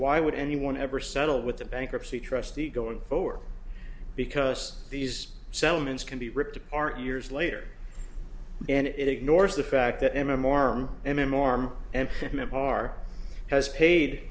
why would anyone ever settle with the bankruptcy trustee going forward because these settlements can be ripped apart years later and it ignores the fact that m m r m m r and har has paid